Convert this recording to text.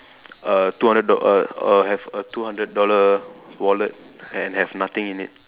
a two hundred do err or have a two hundred dollar wallet and have nothing in it